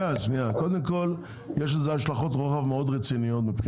שניה, קודם כל יש לזה השלכות רוחב מאוד רציניות.